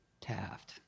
Taft